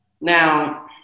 Now